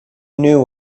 knew